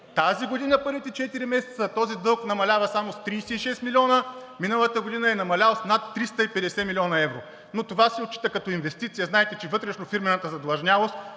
Тази година първите четири месеца този дълг намалява само с 36 милиона, а миналата година е намалял с над 350 млн. евро. Но това се отчита като инвестиция, а знаете, че вътрешнофирмената задлъжнялост